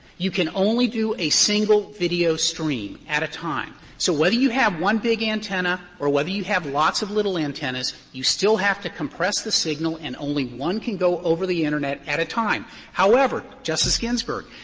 you can only do a single video stream at a time. so whether you have one big antenna or whether you have lots of little antennas, you still have to compress the signal and only one can go over the internet at a time. however, justice ginsburg,